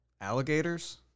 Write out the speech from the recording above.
alligators